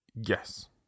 Yes